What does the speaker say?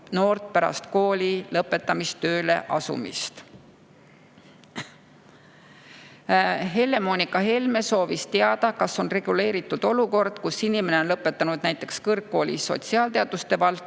HEV-noort pärast kooli lõpetamist tööle asumisel. Helle-Moonika Helme soovis teada, kas on reguleeritud olukord, kus inimene on lõpetanud kõrgkooli sotsiaalteaduste